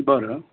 बरं